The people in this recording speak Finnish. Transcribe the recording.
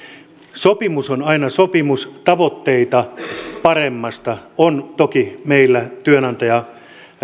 sopimus on aina sopimus tavoitteita paremmasta on toki meillä työnantaja